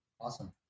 Awesome